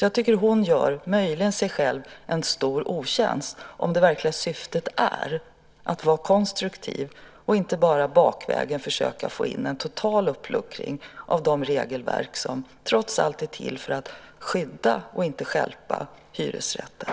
Jag tycker därför att hon möjligen gör sig själv en stor otjänst om det verkliga syftet är att vara konstruktiv och inte bara bakvägen försöka få in en total uppluckring av de regelverk som trots allt är till för att skydda och inte stjälpa hyresrätten.